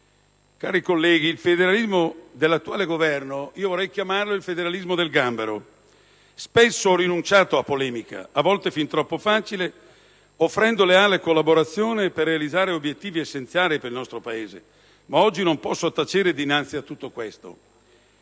Cari colleghi, il federalismo dell'attuale Governo vorrei chiamarlo «federalismo del gambero». Spesso ho rinunciato ad una polemica, a volte fin troppo facile, offrendo leale collaborazione per realizzare obiettivi essenziali per il nostro Paese, ma oggi non posso tacere dinanzi a tutto questo.